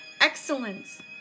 Excellence